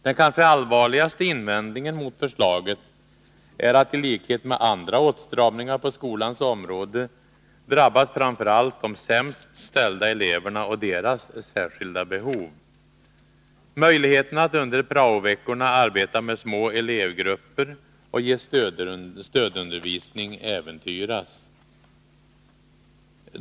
Den kanske allvarligaste invändningen mot förslaget är att det, i likhet med andra åtstramningar på skolans område, drabbar framför allt de sämst ställda eleverna och deras särskilda behov. Möjligheterna att under prao-veckorna arbeta med små elevgrupper och ge stödundervisning äventyras.